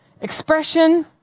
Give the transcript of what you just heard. Expression